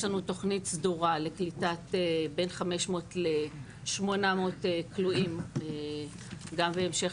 יש לנו תוכנית סדורה לקליטת בין 500 ל-800 כלואים גם בהמשך